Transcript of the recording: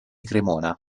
cremona